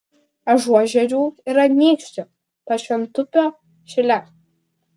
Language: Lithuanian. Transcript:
ažuožerių ir anykščių pašventupio šile